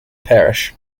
parish